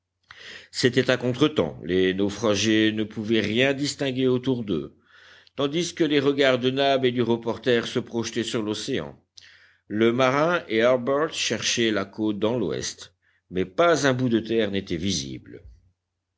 c'était un contre-temps les naufragés ne pouvaient rien distinguer autour d'eux tandis que les regards de nab et du reporter se projetaient sur l'océan le marin et harbert cherchaient la côte dans l'ouest mais pas un bout de terre n'était visible